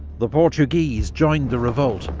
the portuguese joined the revolt,